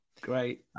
Great